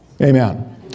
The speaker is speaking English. Amen